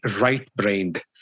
right-brained